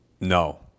No